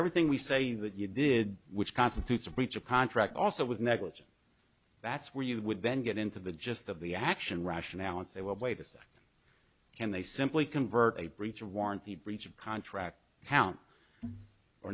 everything we say that you did which constitutes a breach of contract also with negligence that's where you would then get into the gist of the action rationale and say well wait a sec can they simply convert a breach of warrant the breach of contract account